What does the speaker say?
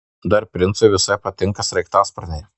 dar princui visai patinka sraigtasparniai